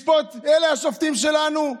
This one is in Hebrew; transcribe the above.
לשפוט, אלה השופטים שלנו.